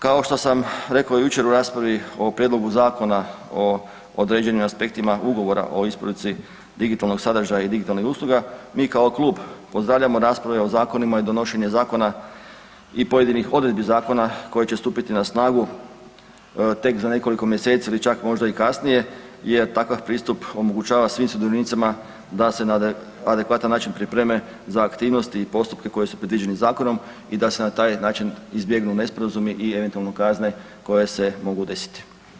Kao što sam rekao jučer u raspravi o prijedlogu zakona o određenim aspektima ugovora o isporuci digitalnog sadržaja i digitalnih usluga, mi kao klub pozdravljamo rasprave o zakonima i donošenje zakona i pojedinih odredbi zakona koje će stupiti na snagu tek za nekoliko mjeseci ili čak možda i kasnije jer takav pristup omogućava svim sudionicima da se na adekvatan način pripreme za aktivnosti i postupke koji su predviđeni zakonom i da se na taj način izbjegnu nesporazumi i eventualno kazne koje se mogu desiti.